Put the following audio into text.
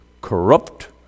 corrupt